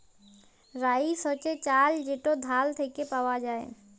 rice হছে চাল যেট ধাল থ্যাইকে পাউয়া যায়